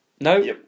No